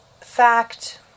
fact